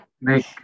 make